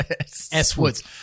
S-Woods